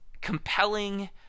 compelling